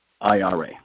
IRA